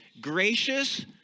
gracious